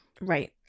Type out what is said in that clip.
Right